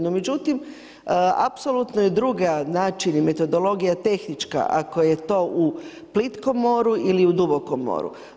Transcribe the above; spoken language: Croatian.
No međutim, apsolutna je druga način i metodologija tehnička ako je to u plitkom moru ili je u dubokom moru.